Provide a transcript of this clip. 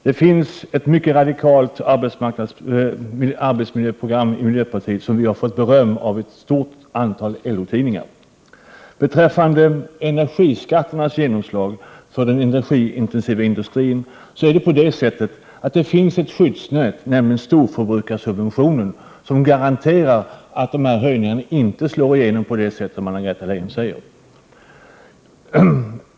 Miljöpartiet har ett mycket radikalt arbetsmiljöprogram, som vi har fått mycket stort beröm för i ett stort antal LO-tidningar. Vad gäller energiskatternas genomslag på den energiintensiva industrin vill jag peka på att det finns ett skyddsnät, nämligen storförbrukarsubventionerna, som garanterar att höjningarna inte slår igenom på det sätt som Anna-Greta Leijon säger.